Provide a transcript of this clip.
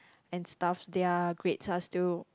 and stuffs their grades are still